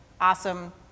awesome